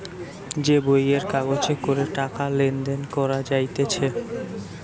যে বইয়ের কাগজে করে টাকা লেনদেন করা যাইতেছে